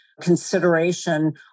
consideration